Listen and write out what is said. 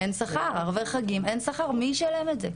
אין שכר, ערבי חג אין שכר, מי ישלם את זה?